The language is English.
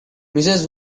mrs